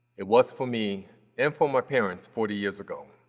it was for me and for my parents forty years ago.